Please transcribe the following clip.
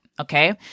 okay